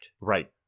Right